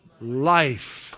life